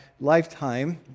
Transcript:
lifetime